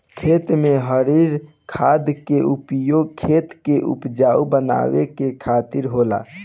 खेत में हरिर खाद के उपयोग खेत के उपजाऊ बनावे के खातिर होला